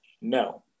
No